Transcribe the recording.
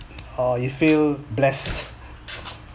oh you feel blessed